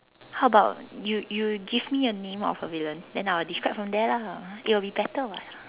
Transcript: how about you you give me a name of a villain then I'll describe from there lah it will be better [what]